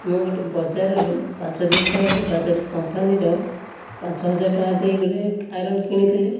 ମୁଁ ଗୋଟିଏ ବଜାରରୁ ପାଞ୍ଚ ଦିନ ତଳେ ବାଜାଜ କମ୍ପାନୀର ପାଞ୍ଚ ହଜାର ଟଙ୍କା ଦେଇ ଗୋଟିଏ ଆଇରନ କିଣିଥିଲି